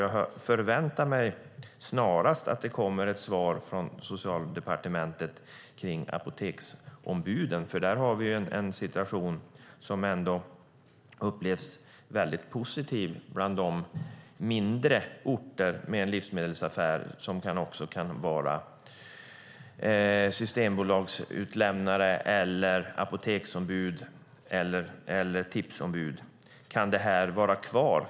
Dock förväntar jag mig att det snarast kommer ett svar från Socialdepartementet om apoteksombuden. Här har vi en situation som upplevs som positiv på de mindre orter där livsmedelsaffären också kan vara systembolagsutlämnare, apoteksombud och tipsombud. Kan detta vara kvar?